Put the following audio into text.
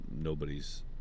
nobody's